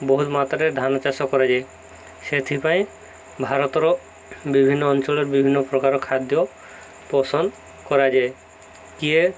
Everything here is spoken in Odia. ବହୁତ ମାତ୍ରାରେ ଧାନ ଚାଷ କରାଯାଏ ସେଥିପାଇଁ ଭାରତର ବିଭିନ୍ନ ଅଞ୍ଚଳରେ ବିଭିନ୍ନ ପ୍ରକାର ଖାଦ୍ୟ ପସନ୍ଦ କରାଯାଏ କିଏ